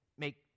make